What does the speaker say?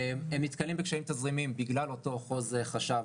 הם נתקלים בקשיים תזרימיים בגלל אותו חו"ז חשב,